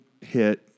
hit